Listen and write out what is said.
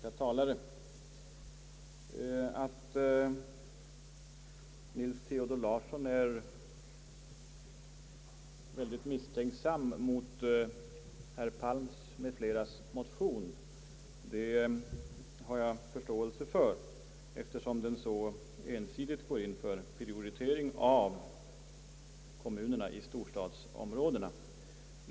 Att herr Nils Theodor Larsson är misstänksam mot herr Palms motion har jag förståelse för, eftersom den så ensidigt förordar en prioritering av kommunerna i storstadsområdena.